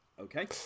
Okay